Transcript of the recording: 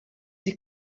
die